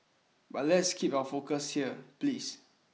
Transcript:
but let's keep our focus here please